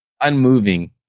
Unmoving